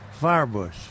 firebush